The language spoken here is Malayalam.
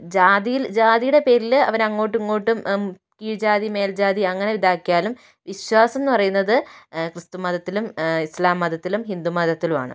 ജാതിയിൽ ജാതിയുടെ പേരിൽ അവർ അങ്ങോട്ടും ഇങ്ങോട്ടും കീഴ്ജാതി മേൽജാതി അങ്ങനെ ഇതാക്കിയാലും വിശ്വാസമെന്ന് പറയുന്നത് ക്രിസ്തുമതത്തിലും ഇസ്ലാം മതത്തിലും ഹിന്ദുമതത്തിലും ആണ്